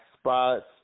spots